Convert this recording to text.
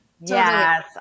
yes